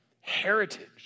heritage